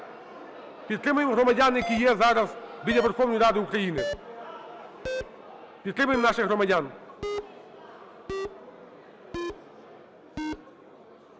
Підтримаймо громадян, які є зараз біля Верховної Ради України. Підтримаймо наших громадян.